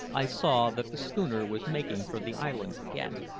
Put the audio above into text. i saw that the schooner was making for the island again.